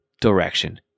direction